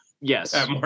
Yes